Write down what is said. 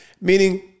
meaning